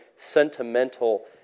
sentimental